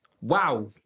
wow